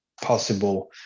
possible